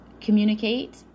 Communicate